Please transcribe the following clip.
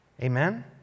Amen